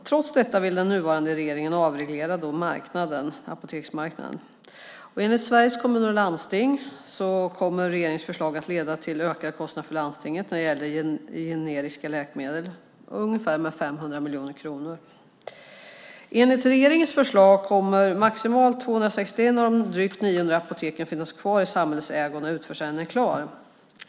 Trots detta vill den nuvarande regeringen avreglera apoteksmarknaden. Enligt Sveriges Kommuner och Landsting kommer regeringens förslag att leda till ökade kostnader för landstinget när det gäller generiska läkemedel med ungefär 500 miljoner kronor. Enligt regeringens förslag kommer maximalt 261 av de drygt 900 apoteken att finnas kvar i samhällets ägo när utförsäljningen är klar.